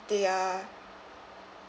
they are